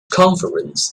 conference